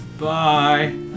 Bye